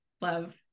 love